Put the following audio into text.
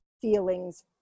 feelings